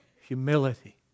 humility